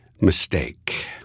mistake